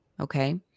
Okay